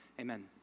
Amen